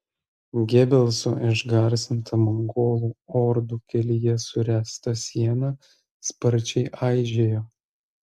gebelso išgarsinta mongolų ordų kelyje suręsta siena sparčiai aižėjo